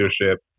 leadership